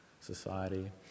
society